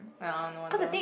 ya no wonder